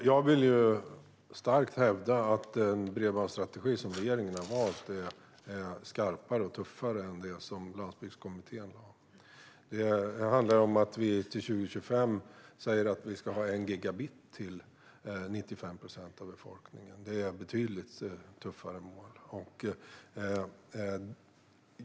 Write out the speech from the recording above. Fru talman! Jag vill starkt hävda att den bredbandsstrategi som regeringen har valt är skarpare och tuffare än det som Landsbygdskommittén lade fram. Det handlar om att vi säger att 95 procent av befolkningen ska ha 1 gigabit till 2025. Det är betydligt tuffare mål.